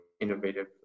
innovative